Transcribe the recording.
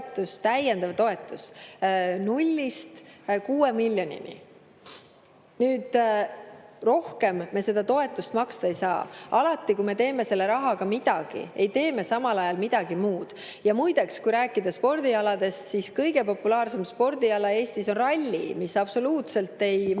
nullist 6 miljonini. Nüüd, rohkem me seda toetust maksta ei saa. Alati, kui me teeme selle rahaga midagi, ei tee me samal ajal midagi muud. Muideks, kui rääkida spordialadest, siis kõige populaarsem spordiala Eestis on ralli, mis absoluutselt ei mõjuta